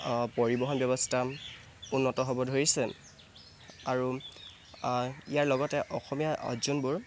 পৰিবহণ ব্যৱস্থা উন্নত হ'ব ধৰিছে আৰু ইয়াৰ লগতে অসমীয়া যোনবোৰ